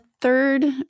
third